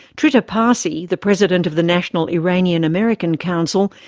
trita parsi, the president of the national iranian american council,